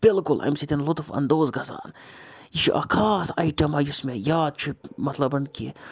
بِلکُل اَمہِ سۭتۍ لُطُف اندوز گژھان یہِ چھِ اکھ خاص آیٹم یُس مےٚ یاد چھُ مطلب کہِ